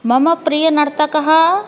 मम प्रियः नर्तकः